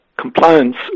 compliance